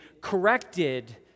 corrected